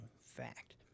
fact